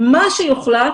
מה שיוחלט